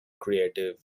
creative